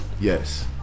yes